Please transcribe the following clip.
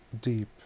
deep